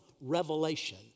revelation